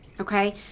okay